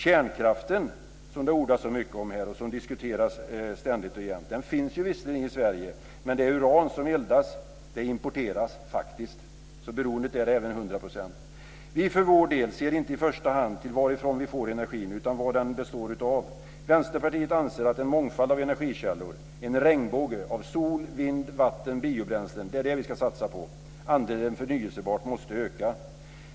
Kärnkraften, som det ordas så mycket om här och som diskuteras ständigt och jämt, finns visserligen i Sverige, men det uran som eldas importeras faktiskt. Beroendet är alltså hundra procent. Vi för vår del ser inte i första hand till varifrån vi får energin utan till vad den består av. Vänsterpartiet anser att en mångfald av energikällor, en regnbåge av sol, vind, vatten och biobränslen, är vad vi ska satsa på. Andelen förnybart måste öka.